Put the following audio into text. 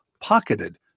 Pocketed